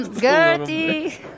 Gertie